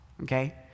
Okay